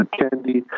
candy